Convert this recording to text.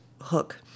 hook